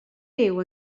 byw